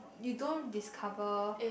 you don't discover